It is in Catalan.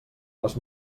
les